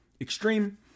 extreme